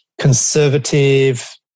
conservative